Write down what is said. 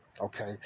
Okay